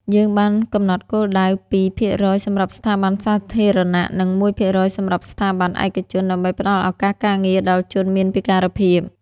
យើងបានកំណត់គោលដៅ ២ ភាគរយសម្រាប់ស្ថាប័នសាធារណៈនិង ១ ភាគរយសម្រាប់ស្ថាប័នឯកជន ដើម្បីផ្តល់ឱកាសការងារដល់ជនមានពិការភាព”។